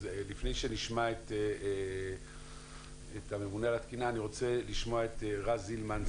אז לפני שנשמע את הממונה על התקינה אני רוצה לשמוע את רז הילמן,